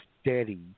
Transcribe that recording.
steady